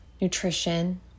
nutrition